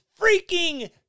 freaking